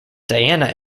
diana